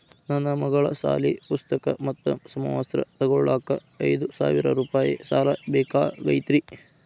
ನನ್ನ ಮಗಳ ಸಾಲಿ ಪುಸ್ತಕ್ ಮತ್ತ ಸಮವಸ್ತ್ರ ತೊಗೋಳಾಕ್ ಐದು ಸಾವಿರ ರೂಪಾಯಿ ಸಾಲ ಬೇಕಾಗೈತ್ರಿ